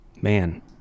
man